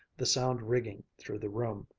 the sound ringing through the room.